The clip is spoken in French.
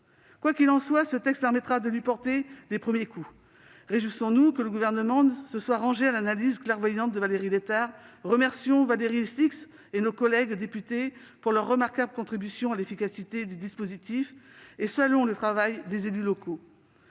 Quoi qu'il en soit, ce texte permettra de lui porter les premiers coups. Réjouissons-nous que le Gouvernement se soit rangé à l'analyse clairvoyante de Valérie Létard ; remercions Valérie Six et nos collègues députés de leur remarquable contribution à l'efficacité du dispositif, et saluons le travail des élus locaux,